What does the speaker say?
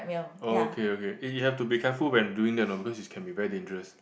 okay okay eh you have to be careful when doing that you know because is can be very dangerous